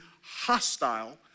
hostile